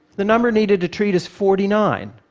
the number needed to treat is forty nine.